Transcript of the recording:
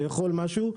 לאכול משהו,